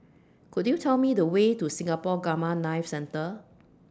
Could YOU Tell Me The Way to Singapore Gamma Knife Centre